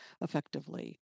effectively